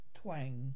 twang